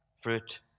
fruit